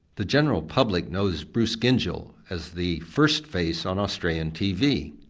the general public knows bruce gyngell as the first face on australian tv.